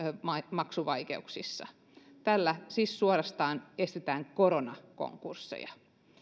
maksuvaikeuksissa tällä siis suorastaan estetään koronakonkursseja